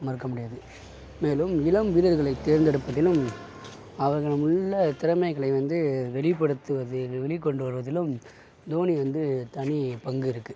மறுக்க முடியாது மேலும் இளம் வீரர்களை தேர்ந்தெடுப்பதிலும் அவர்களும் உள்ள திறமைகளை வந்து வெளிப்படுத்துவதில் வெளி கொண்டு வருவதிலும் தோனி வந்து தனி பங்கு இருக்குது